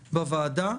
בוועדה.